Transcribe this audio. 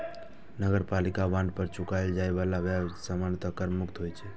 नगरपालिका बांड पर चुकाएल जाए बला ब्याज सामान्यतः कर मुक्त होइ छै